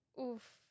Oof